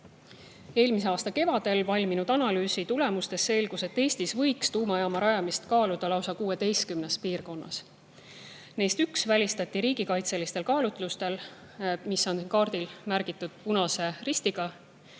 Eelmise aasta kevadel valminud analüüsi tulemustest selgus, et Eestis võiks tuumajaama rajamist kaaluda lausa 16 piirkonnas. Neist üks välistati riigikaitselistel kaalutlustel – see on kaardil märgitud punase ristiga